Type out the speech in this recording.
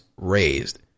raised